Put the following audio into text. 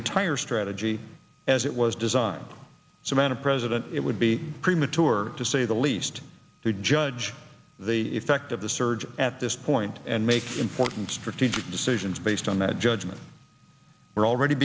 entire strategy as it was designed so man a president it would be premature to say the least to judge the effect of the surge at this point and make important strategic decisions based on that judgment we're already